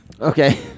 Okay